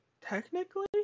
Technically